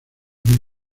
mil